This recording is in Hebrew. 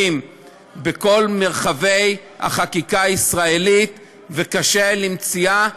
בכל מרחבי החקיקה הישראלית וקשים למציאה.